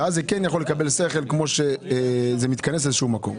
ואז זה כן יכול לקבל שכל וזה מתכנס לאיזשהו מקום.